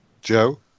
Joe